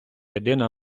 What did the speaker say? єдина